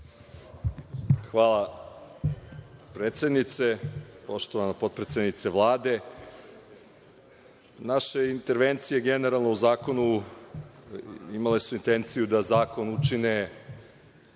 Hvala, predsednice. Poštovana potpredsednice Vlade, naše intervencije generalno u zakonu imale su intenciju da zakon učine